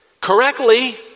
correctly